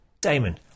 Damon